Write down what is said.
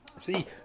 See